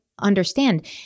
understand